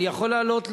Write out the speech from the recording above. אני יכול לעלות?